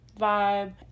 vibe